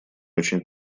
очень